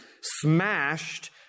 smashed